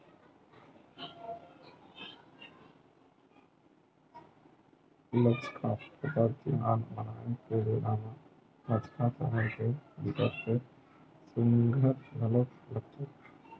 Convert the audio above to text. लद्दाख फसल तिहार मनाए के बेरा म लद्दाख सहर ह बिकट के सुग्घर घलोक लगथे